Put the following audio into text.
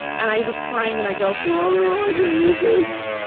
and i was crying. and i go, for all the wrong reasons.